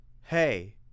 Hey